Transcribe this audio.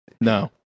No